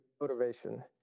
motivation